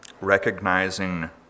recognizing